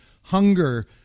hunger